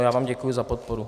Já vám děkuji za podporu.